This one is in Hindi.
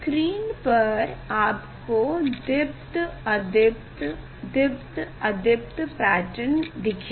स्क्रीन पर आपको दीप्त अदीप्त दीप्त अदीप्त पैटर्न दिखेगा